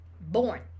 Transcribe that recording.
born